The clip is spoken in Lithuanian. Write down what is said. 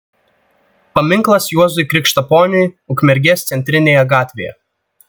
paminklas juozui krikštaponiui ukmergės centrinėje gatvėje